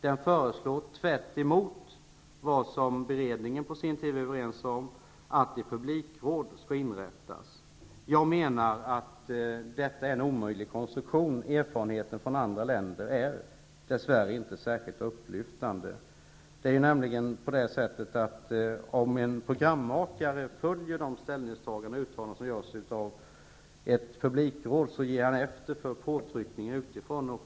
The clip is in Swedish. Den föreslår tvärtemot vad beredningen på sin tid var överens om att ett publikråd skall inrättas. Detta är en omöjlig konstruktion. Erfarenheterna från andra länder är dess värre inte speciellt upplyftande. Om en programmakare följer de ställningstaganden och uttalanden som görs av ett publikråd så ger han efter för påtryckning utifrån.